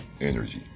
energy